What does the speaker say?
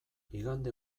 igande